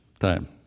time